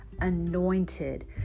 anointed